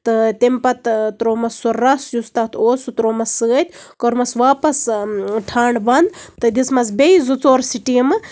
تہٕ تَمہِ پَتہٕ تراومَس سُہ رَس یُس تَتھ اوس سُہ تراومَس سۭتۍ کوٚرمَس واپَس ٹھانڈٕ بَند تہٕ دِژمَس بیٚیہِ زٕ ژور سِٹیٖمہٕ